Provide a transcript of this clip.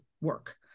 work